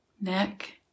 neck